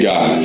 God